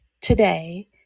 today